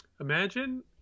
Imagine